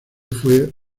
fue